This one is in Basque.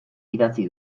idatzi